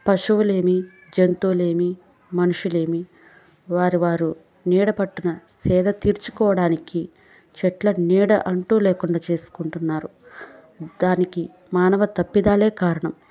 పశువులేమి జంతువులేమి మనుషులేమి వారి వారు నీడ పట్టున సేద తీర్చుకోవడానికి చెట్ల నీడ అంటూ లేకుండా చేసుకుంటున్నారు దానికి మానవ తప్పిదాలే కారణం